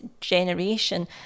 generation